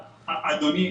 אדוני,